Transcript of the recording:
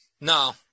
no